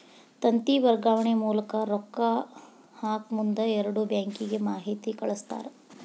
ತಂತಿ ವರ್ಗಾವಣೆ ಮೂಲಕ ರೊಕ್ಕಾ ಹಾಕಮುಂದ ಎರಡು ಬ್ಯಾಂಕಿಗೆ ಮಾಹಿತಿ ಕಳಸ್ತಾರ